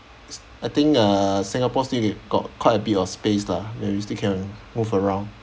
I think uh singapore still got quite a bit of space lah where we still can move around